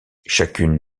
chacune